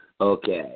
okay